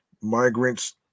migrants